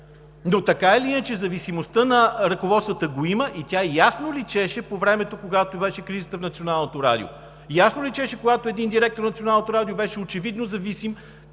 Но така или иначе, зависимостта на ръководствата я има и ясно личеше по времето, когато беше кризата в Националното радио. Ясно личеше, когато един директор на Националното радио беше очевидно зависим,